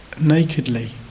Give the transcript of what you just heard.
nakedly